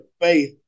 faith